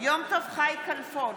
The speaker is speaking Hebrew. יום טוב חי כלפון,